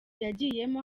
yagiyemo